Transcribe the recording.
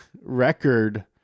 record